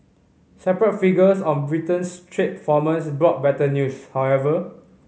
separate figures on Britain's trade brought better news however